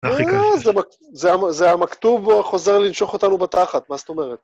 אה, זה המכתוב חוזר לנשוך אותנו בתחת, מה זאת אומרת?